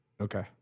Okay